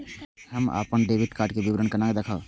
हम अपन debit card के विवरण केना देखब?